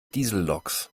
dieselloks